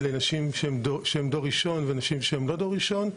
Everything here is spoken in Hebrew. לנשים שהן דור ראשון ולנשים שהן לא דור ראשון,